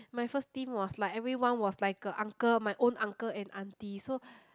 my first team was like everyone was like a uncle my own uncle and aunty so